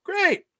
great